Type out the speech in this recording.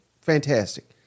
fantastic